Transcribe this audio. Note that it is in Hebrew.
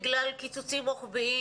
בגלל קיצוצים רוחביים